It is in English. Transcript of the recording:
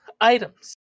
items